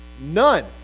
None